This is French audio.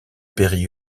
péri